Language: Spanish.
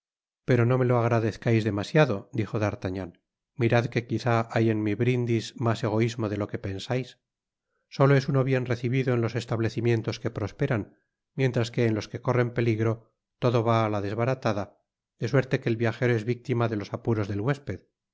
pero no me lo agradezcais demasiado dijo d'artagnan mirad que quizá hay en mi brindis mas egoismo de lo que pensais solo es uno bien recibido en los establecimientos que prosperan mientras que en tos que corren peligro todo va á la desbaratada de suerte qrte el viajero es victima de los apuros del huésped